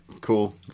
cool